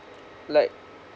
like